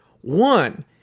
One